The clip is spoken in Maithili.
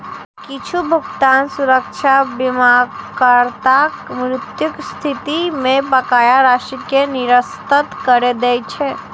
किछु भुगतान सुरक्षा बीमाकर्ताक मृत्युक स्थिति मे बकाया राशि कें निरस्त करै दै छै